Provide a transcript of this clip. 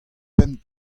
pemp